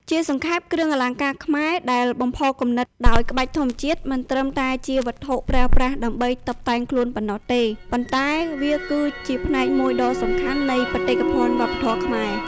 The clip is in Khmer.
ជាសង្ខេប គ្រឿងអលង្ការខ្មែរដែលបំផុសគំនិតដោយក្បាច់ធម្មជាតិ មិនត្រឹមតែជាវត្ថុប្រើប្រាស់ដើម្បីតុបតែងខ្លួនប៉ុណ្ណោះទេ ប៉ុន្តែវាគឺជាផ្នែកមួយដ៏សំខាន់នៃបេតិកភណ្ឌវប្បធម៌ខ្មែរ។